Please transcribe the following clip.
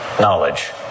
knowledge